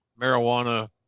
marijuana